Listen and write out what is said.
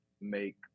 make